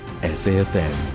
SAFM